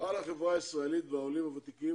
על החברה הישראלית והעולים הוותיקים